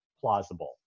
plausible